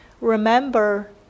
remember